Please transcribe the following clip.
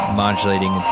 modulating